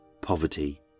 poverty